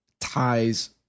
ties